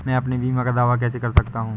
मैं अपने बीमा का दावा कैसे कर सकता हूँ?